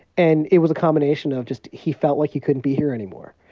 and it was a combination of just he felt like he couldn't be here anymore.